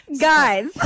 guys